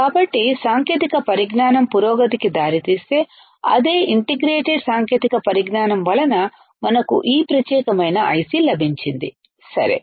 కాబట్టి సాంకేతిక పరిజ్ఞానం పురోగతికి దారితీస్తే అదే ఇంటిగ్రేటెడ్ సాంకేతిక పరిజ్ఞానం వలన మనకు ఈ ప్రత్యేకమైన ఐసి లభించింది సరే